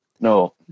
No